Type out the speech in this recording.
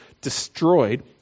destroyed